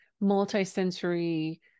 multi-sensory